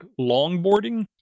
longboarding